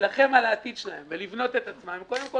להילחם על העתיד שלהם ולבנות את עצמם הם קודם כול